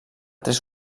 tres